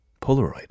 Polaroid